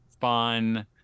fun